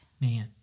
Man